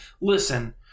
listen